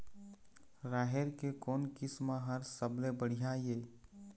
राहेर के कोन किस्म हर सबले बढ़िया ये?